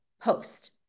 post